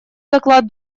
доклад